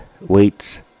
weights